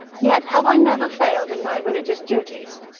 yet have i never failed in my religious duties.